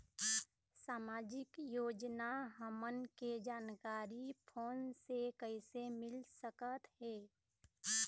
सामाजिक योजना हमन के जानकारी फोन से कइसे मिल सकत हे?